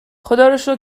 خداروشکر